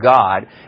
God